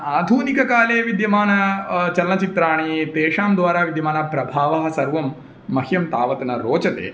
आधुनिककाले विद्यमानानि चलनचित्राणि तेषां द्वारा विद्यमानः प्रभावः सर्वं मह्यं तावत् न रोचते